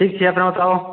ठीक छै अपना कहु